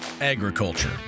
agriculture